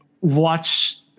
watch